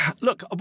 Look